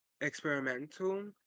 Experimental